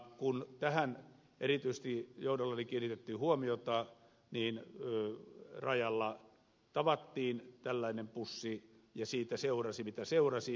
kun tähän erityisesti johdollani kiinnitettiin huomiota niin rajalla tavattiin tällainen bussi ja siitä seurasi mitä seurasi